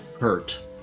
hurt